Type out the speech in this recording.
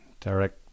derek